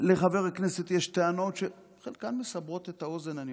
לחבר הכנסת יש טענות שחלקן מסברות את האוזן.